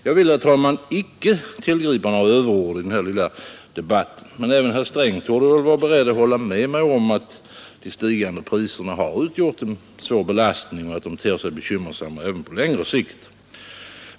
Jag vill, herr talman, icke tillgripa några överord i den här lilla debatten, men även herr Sträng torde vara beredd att hålla med mig om att de stigande priserna har utgjort en svår belastning och att de ter sig bekymmersamma även på längre sikt.